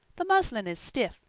the muslin is stiff,